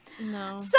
No